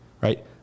right